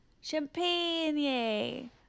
Champagne